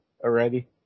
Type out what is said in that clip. Already